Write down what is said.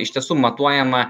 iš tiesų matuojama